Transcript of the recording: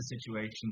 situations